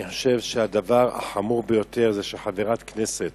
אני חושב שהדבר החמור ביותר זה שחברת כנסת